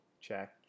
check